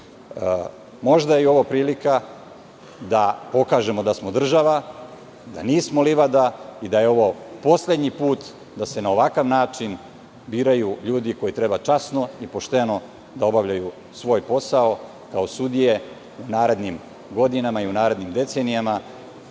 je i ovo prilika da pokažemo da smo država, da nismo livada i da je ovo poslednji put da se na ovakav način biraju ljudi koji treba časno i pošteno da obavljaju svoj posao kao sudije u narednim godinama i u narednim decenijama.